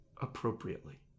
appropriately